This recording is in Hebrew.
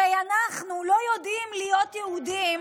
הרי אנחנו לא יודעים להיות יהודים